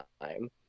time